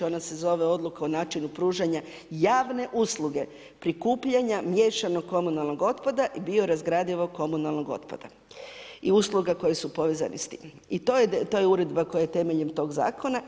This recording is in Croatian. Ona se zove Odluka o načinu pružanja javne usluge, prikupljanja miješanog komunalnog otpada i biorazgradivog komunalnog otpada i usluga koje su povezane s tim i to je ta Uredba koja je temeljem tog Zakona.